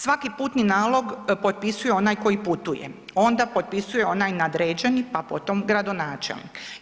Svaki putni nalog potpisuje onaj koji putuje, onda potpisuje onaj nadređeni pa potom gradonačelnik.